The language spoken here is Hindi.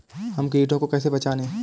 हम कीटों को कैसे पहचाने?